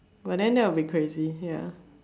but then that will be crazy ya